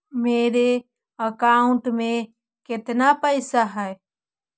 मेरे अकाउंट में केतना पैसा है?